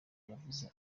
yavuze